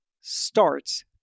starts